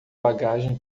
bagagem